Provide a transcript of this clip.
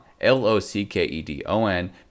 L-O-C-K-E-D-O-N